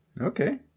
okay